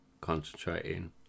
concentrating